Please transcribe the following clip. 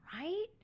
right